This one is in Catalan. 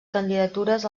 candidatures